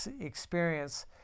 experience